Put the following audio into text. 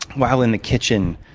while in the kitchen,